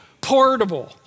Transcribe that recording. portable